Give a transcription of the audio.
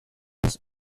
was